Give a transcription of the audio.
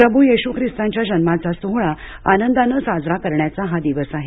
प्रभू येशू ख़िस्तांच्या जन्माचा सोहळा आनंदाने साजरा करण्याचा हा दिवस आहे